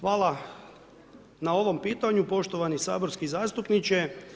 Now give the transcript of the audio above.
Hvala na ovom pitanju poštovani saborski zastupniče.